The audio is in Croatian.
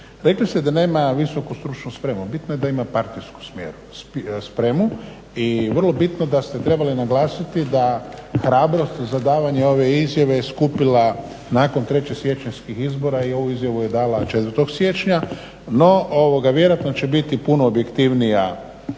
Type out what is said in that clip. Rekli ste da nema visoku stručnu spremu, bitno je da ima partijsku spremu. I vrlo bitno da ste trebali naglasiti da hrabrost i za davanje ove izjave je skupila nakon 3. siječanjskih izbora i ovu izjavu je dala 4. siječnja. No, vjerojatno će biti puno objektivnija u